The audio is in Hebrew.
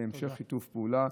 ואת המשך שיתוף הפעולה.